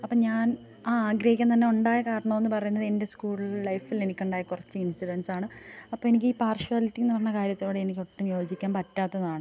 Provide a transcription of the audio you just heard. അപ്പം ഞാൻ ആ ആഗ്രഹിക്കാൻ തന്നെ ഉണ്ടായ കാരണമെന്നു പറയുന്നത് എൻ്റെ സ്കൂൾ ലൈഫിൽ എനിക്കുണ്ടായ കുറച്ച് ഇൻസിഡൻസാണ് അപ്പം എനിക്കീ പാർഷ്വാലിറ്റി എന്നു പറഞ്ഞ കാര്യത്തോട് എനിക്ക് ഒട്ടും യോജിക്കാൻ പറ്റാത്തതാണ്